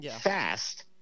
fast